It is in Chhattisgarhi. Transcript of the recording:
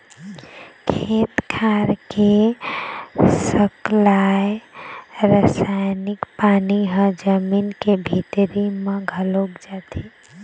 खेत खार के सकलाय रसायनिक पानी ह जमीन के भीतरी म घलोक जाथे